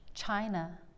China